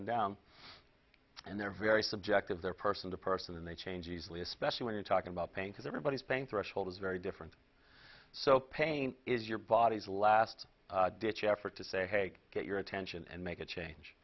and down and they're very subjective they're person to person and they change easily especially when you're talking about pain because everybody's paying threshold is very different so pain is your body's last ditch effort to say hey get your attention and make a